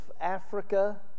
Africa